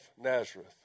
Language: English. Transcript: Nazareth